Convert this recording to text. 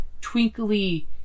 twinkly